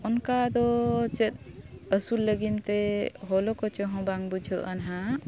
ᱚᱱᱠᱟ ᱫᱚ ᱪᱮᱫ ᱟᱹᱥᱩᱞ ᱞᱟᱹᱜᱤᱫ ᱛᱮ ᱦᱚᱞᱚ ᱠᱚᱪᱚ ᱦᱚᱸ ᱵᱟᱝ ᱵᱩᱡᱷᱟᱹᱜᱼᱟ ᱱᱟᱦᱟᱜ